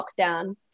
lockdown